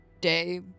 day